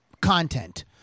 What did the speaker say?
content